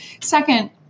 Second